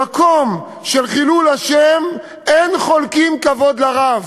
במקום של חילול השם אין חולקין כבוד לרב,